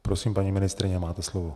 Prosím, paní ministryně, máte slovo.